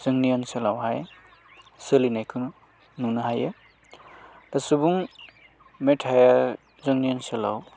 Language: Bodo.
जोंनि ओनसोलावहाय सोलिनायखौ नुनो हायो दा सुबुं मेथायआ जोंनि ओनसोलाव